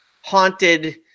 haunted